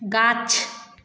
गाछ